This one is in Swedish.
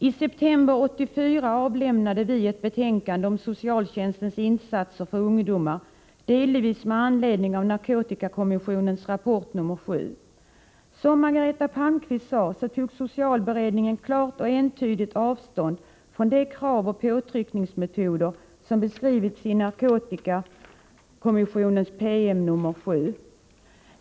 I september 1984 avlämnade vi ett betänkande om socialtjänstens insatser för ungdom, delvis med anledning av narkotikakommissionens rapport nr 7. Som Margareta Palmqvist sade tog socialberedningen klart och entydigt avstånd från de krav och påtryckningsmetoder som beskrivits i narkotikakommissionens PM nr 7.